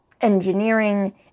engineering